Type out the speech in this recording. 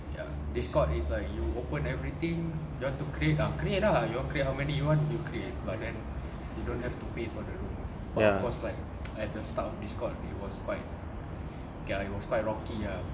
ya discord is like you open everything you want to create ah create ah you want create how many you want you create but then you don't have to pay for the room but of course like at the start of discord it was quite okay ah it was rocky ah